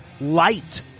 light